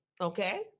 okay